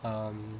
um